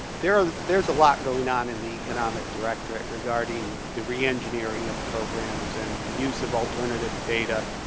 there's there's a lot going on in the economic directorate regarding the re-engineering of programs and use of alternative data.